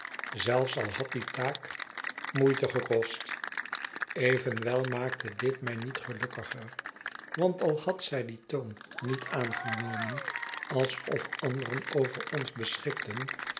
zelfs al had die taak moeite gekost evenwel maakte dit mij niet gelukkiger want al had zij dien toon niet aangenomen alsof anderen over ons beschikten